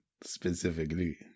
specifically